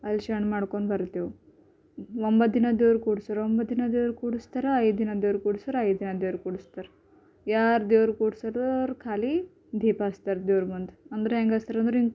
ಅಲ್ಲಿ ಶಣ ಮಾಡ್ಕೊಂಡು ಬರ್ತೇವೆ ಒಂಬತ್ತು ದಿನ ದೇವ್ರು ಕೂಡ್ಸೋವ್ರು ಒಂಬತ್ತು ದಿನ ದೇವರು ಕೂಡಿಸ್ತಾರೆ ಐದು ದಿನ ದೇವ್ರು ಕೂಡ್ಸೋವ್ರು ಐದು ದಿನ ದೇವರು ಕೂಡಿಸ್ತಾರೆ ಯಾರು ದೇವರು ಕೂಡ್ಸಲ್ರು ಅವ್ರು ಖಾಲಿ ದೀಪ ಹಚ್ತಾರೆ ದೇವ್ರಿಗೊಂದು ಅಂದರೆ ಹೆಂಗಚ್ತಾರೆ ಅಂದರೆ ಹಿಂಗೆ